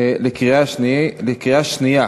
בקריאה שנייה.